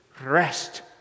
rest